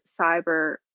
cyber